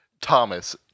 Thomas